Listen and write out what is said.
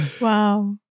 Wow